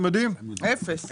אפס.